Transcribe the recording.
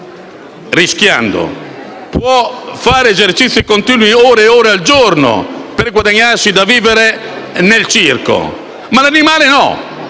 trapezista, può fare esercizi continui, ore ed ore al giorno, per guadagnarsi da vivere nel circo, ma l'animale no.